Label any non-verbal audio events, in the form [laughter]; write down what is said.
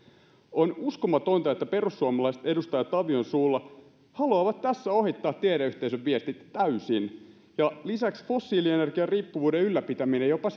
on uskomatonta että perussuomalaiset edustajat tavion suulla haluavat tässä ohittaa tiedeyhteisön viestit täysin ja lisäksi fossiilienergian riippuvuuden ylläpitäminen jopa [unintelligible]